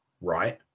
right